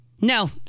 No